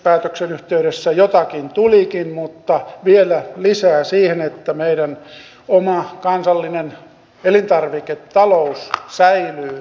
kehyspäätöksen yhteydessä jotakin tulikin mutta vielä lisää siihen että meidän oma kansallinen elintarviketaloutemme säilyy